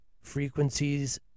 frequencies